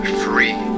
free